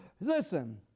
Listen